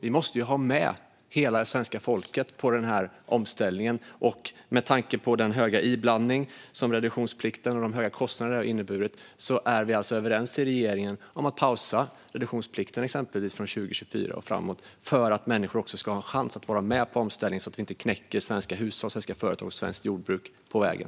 Vi måste ha med hela svenska folket på omställningen, och med tanke på den höga inblandning som reduktionsplikten har inneburit och de höga kostnaderna för detta är vi i regeringen alltså överens om att exempelvis pausa reduktionsplikten från 2024 och framåt, för att människor ska ha en chans att vara med på omställningen och så att vi inte knäcker svenska hushåll, svenska företag och svenskt jordbruk på vägen.